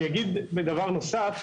אני אגיד דבר נוסף.